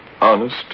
honest